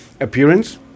appearance